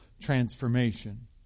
transformation